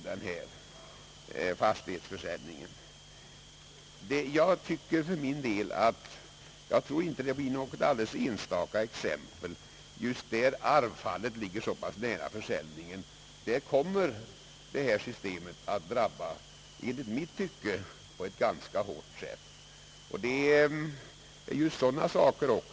Detta är säkerligen inte något ensta Ang. markvärdebeskattningen ka exempel; när arvsfallet ligger så nära försäljningen kommer detta system att på ett i mitt tycke ganska hårt sätt drabba vederbörande.